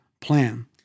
plan